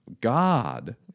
God